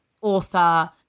author